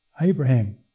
Abraham